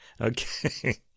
Okay